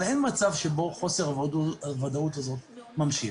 אבל אין מצב שבו חוסר הוודאות הזה ממשיך.